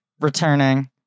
returning